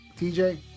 TJ